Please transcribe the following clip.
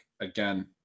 Again